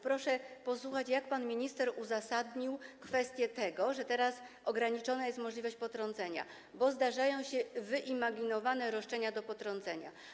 Proszę posłuchać, jak pan minister uzasadnił kwestię tego, że teraz ograniczona jest możliwość potrącenia, bo zdarzają się wyimaginowane roszczenia do potrącenia.